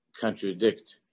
contradict